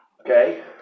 okay